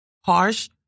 harsh